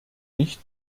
nicht